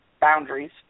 boundaries